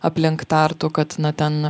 aplink tartu kad na ten